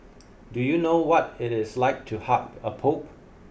do you know what it is like to hug a pope